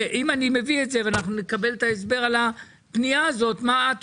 אם אני מביא את זה ואנחנו נקבל את ההסבר על הפנייה הזאת מה את